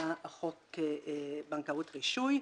בחוק בנקאות (רישוי),